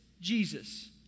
Jesus